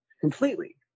completely